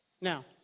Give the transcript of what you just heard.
Now